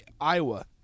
Iowa